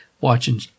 watching